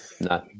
No